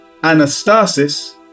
anastasis